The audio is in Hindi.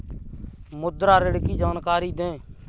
मुद्रा ऋण की जानकारी दें?